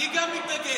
אני גם מתנגד.